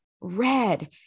red